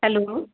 hello